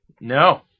No